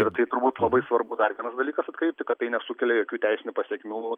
ir tai turbūt labai svarbu dar vienas dalykas atkreipti kad tai nesukelia jokių teisinių pasekmių